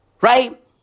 right